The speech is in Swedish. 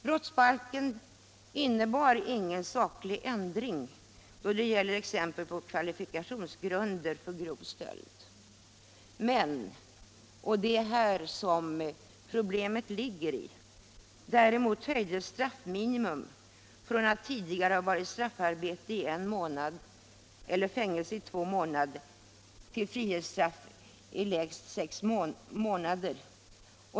Brottsbalken innebar ingen saklig ändring då det gäller exempel på kvalifikationsgrunder för grov stöld. Men, och det är här problemet ligger, däremot höjdes straffminimum från att tidigare ha varit straffarbete i en månad eller fängelse i två månader till frihetsstraff i lägst sex månader.